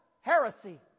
heresy